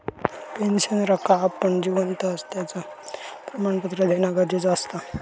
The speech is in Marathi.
पेंशनरका आपण जिवंत असल्याचा प्रमाणपत्र देना गरजेचा असता